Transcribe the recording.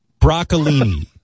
Broccolini